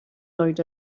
lloyd